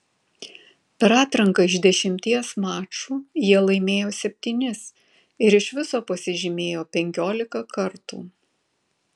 per atranką iš dešimties mačų jie laimėjo septynis ir iš viso pasižymėjo penkiolika kartų